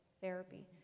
therapy